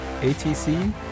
atc